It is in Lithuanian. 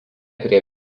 prie